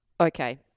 Okay